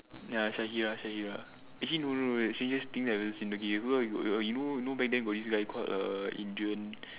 ya Shaheera Shaheera actually no no the strangest thing I've ever seen okay you know back then got this guy called err Adrian